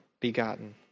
begotten